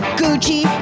gucci